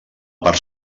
part